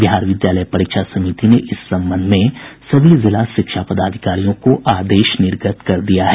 बिहार विद्यालय परीक्षा समिति ने इस संबंध में सभी जिला शिक्षा पदाधिकारियों को आदेश निर्गत किया है